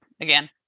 again